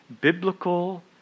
biblical